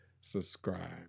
subscribe